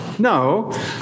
No